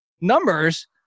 numbers